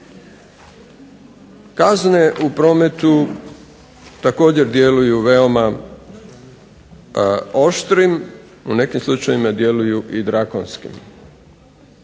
kazne u prometu također djeluju veoma oštrim, u nekim slučajevima djeluju i drakonskim.